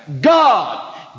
God